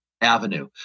avenue